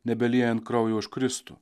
nebelyjant kraujo už kristų